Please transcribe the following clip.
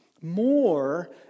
more